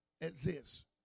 exists